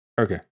Okay